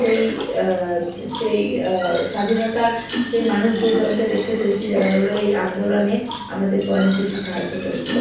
সেই সেই স্বাধীনতার সেই মানুষগুজনকে দেখতে পেয়েছি যারা হলো এই আন্দোলনে আমাদেরকে অনেক বেশি সাহায্য করেছে